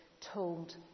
told